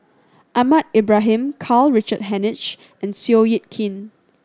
Ahmad Ibrahim Karl Richard Hanitsch and Seow Yit Kin